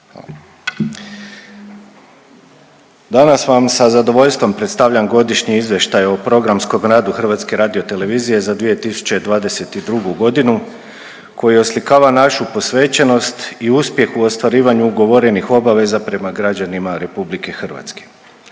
Danas vam sa zadovoljstvom predstavljam Godišnji izvještaj o programskom radu HRT-a za 2022. g. koji oslikava našu posvećenost i uspjeh u ostvarivanju ugovorenih obaveza prema građanima RH. Tijekom